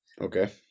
Okay